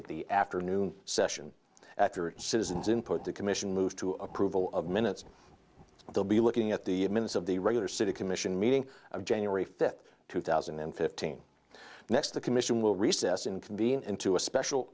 at the afternoon session after citizens input the commission moved to approval of minutes they'll be looking at the minutes of the regular city commission meeting of january fifth two thousand and fifteen next the commission will recess and convene into a special